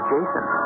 Jason